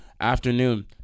Afternoon